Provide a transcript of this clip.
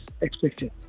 expected